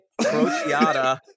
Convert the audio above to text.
Crociata